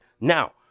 Now